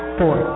four